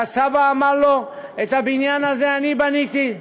והסבא אמר לו: את הבניין הזה אני בניתי,